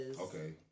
Okay